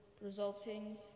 resulting